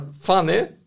funny